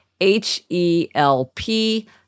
H-E-L-P